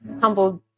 humbled